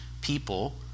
people